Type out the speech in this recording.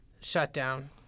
shutdown